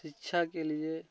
शिक्षा के लिए